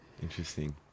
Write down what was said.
Interesting